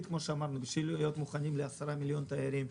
כדי להיות מוכנים ל-10 מיליון תיירים.